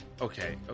Okay